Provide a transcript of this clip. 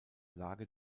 lage